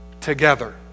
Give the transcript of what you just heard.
together